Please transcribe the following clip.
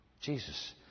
Jesus